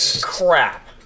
Crap